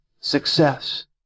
success